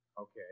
Okay